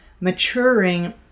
maturing